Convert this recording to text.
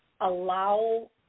allow